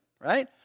right